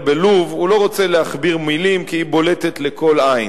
בלוב" הוא לא רוצה להכביר מלים כי היא בולטת לכל עין.